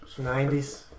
90s